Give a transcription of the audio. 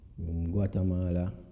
Guatemala